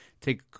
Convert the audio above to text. take